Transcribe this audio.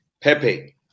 Pepe